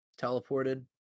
teleported